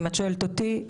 אם את שואלת אותי,